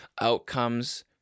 outcomes